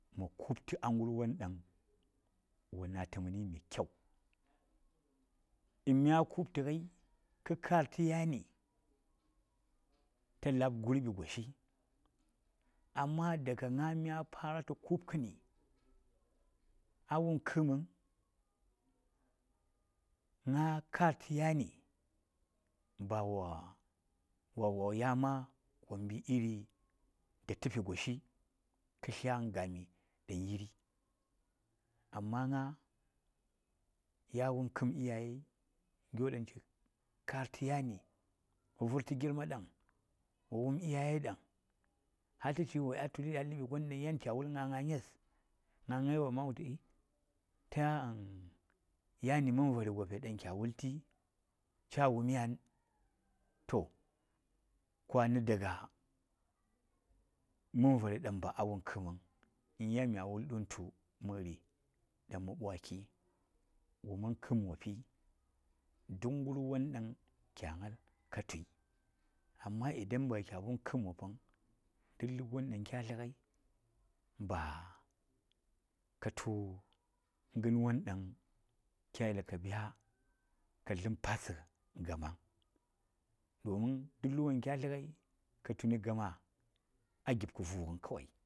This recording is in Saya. ﻿Ma kubta a garwan ɗan wa nata mani mai kyan in mya kubta gai kar ta yani ta lab goshi, amma daga ngah myah data kubkani a wum kam vung ngah mya kar ta yani bawa yan ma waɓi tapi goshi ka tlyagan gami dan yiri ngah yawum kam iyaye gyo ɗan chi karta yani wa virta girma ɗang wawum iyaye ɗang har ta chigri wa day tuliɗi a lab wan ɗan ngah ngah nges waman wultu ta yani man vari gopes dan kya wulti cha wumi yan? to kwana daga man vares ɗan ba a wum kam vung yan mya wul ɗuntu mari ɗan ma bwashi wuman kam wapi duk gar wan ɗan kya ngal, ka tuyi amma idan kya wum kam wapang duk lab wan ɗan kya tla gai ba ka tu garwan ɗan kya yeli ka tlam patsa gama vung. Domin duk lyb wan ɗan kyat la gai ka tuni gama a gipka vugan kawai.